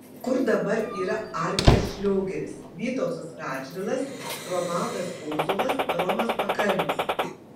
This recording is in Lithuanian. kur dabar yra arvydas šliogeris vytautas radžvilas romualdas ozolas romas pakalnis